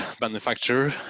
manufacturer